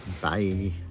Bye